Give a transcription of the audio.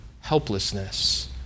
helplessness